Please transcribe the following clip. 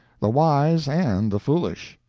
the wise, and the foolish.